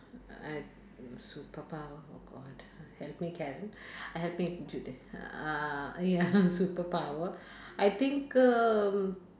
I've superpower oh god help me Karen help me into th~ uh ya superpower I think um